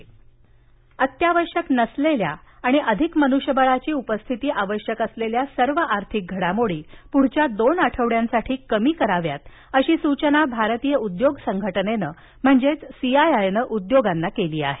CII अत्यावश्यक नसलेल्या आणि अधिक मनुष्यबळाची उपस्थिती आवश्यक असलेल्या सर्व आर्थिक घडामोडी पुढील दोन आठवड्यांसाठी कमी कराव्यात अशी सूचना भारतीय उद्योग संघटनेनं म्हणजेच सीआयआयनं उद्योगांना केली आहे